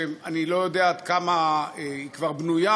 שאני לא יודע עד כמה היא כבר בנויה.